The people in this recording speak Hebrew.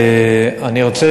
ואני רוצה,